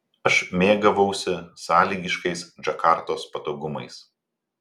aš mėgavausi sąlygiškais džakartos patogumais